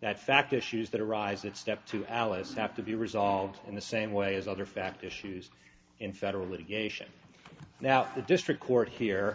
that fact issues that arise that step to alice have to be resolved in the same way as other fact issues in federal litigation now the district court here